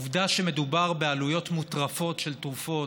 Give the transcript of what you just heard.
העובדה שמדובר בעלויות מוטרפות של תרופות,